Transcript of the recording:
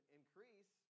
increase